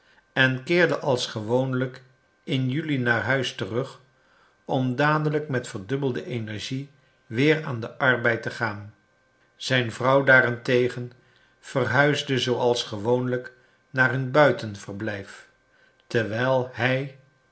en keerde als gewoonlijk in juli naar huis terug om dadelijk met verdubbelde energie weer aan den arbeid te gaan zijn vrouw daarentegen verhuisde zooals gewoonlijk naar hun buitenverblijf terwijl hij